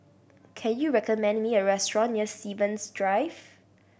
can you recommend me a restaurant near Stevens Drive